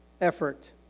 effort